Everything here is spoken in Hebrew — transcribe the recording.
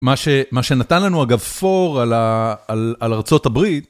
מה שנתן לנו אגב פור על ארצות הברית.